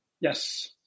Yes